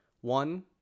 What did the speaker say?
One